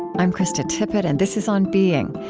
i'm krista tippett, and this is on being,